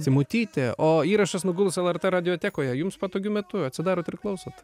simutytė o įrašas nuguls lrt radiotekoje jums patogiu metu atsidarot ir klausot